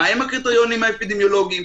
מהם הקריטריונים האפידמיולוגים.